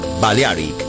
Balearic